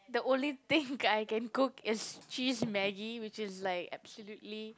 the only thing I can cook is cheese Maggi which is like absolutely